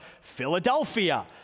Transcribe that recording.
philadelphia